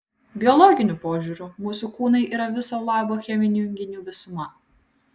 biologiniu požiūriu mūsų kūnai yra viso labo cheminių junginių visuma